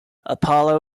apollo